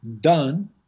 done